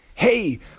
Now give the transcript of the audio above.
Hey